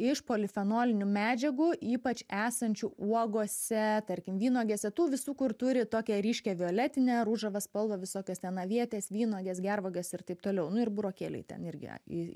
iš polifenolinių medžiagų ypač esančių uogose tarkime vynuogėse tų visų kur turi tokią ryškią violetinę ružavą spalvą visokios ten avietės vynuogės gervuogės ir taip toliau nu ir burokėliai ten irgi